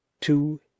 two